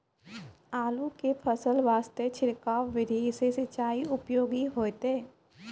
आलू के फसल वास्ते छिड़काव विधि से सिंचाई उपयोगी होइतै?